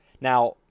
Now